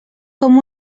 com